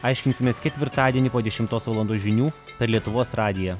aiškinsimės ketvirtadienį po dešimtos valandos žinių per lietuvos radiją